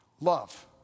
Love